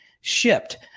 shipped